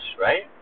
right